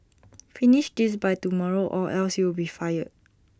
finish this by tomorrow or else you'll be fired